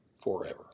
forever